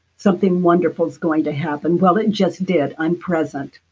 something wonderful is going to happen. well, it just did. i'm present.